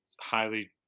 highly